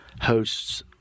hosts